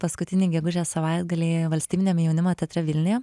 paskutinį gegužės savaitgalį valstybiniam jaunimo teatre vilniuje